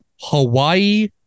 Hawaii